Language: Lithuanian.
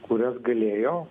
kurias galėjo